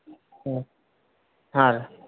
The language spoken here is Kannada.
ಹ್ಞೂ ಹಾಂ ರೀ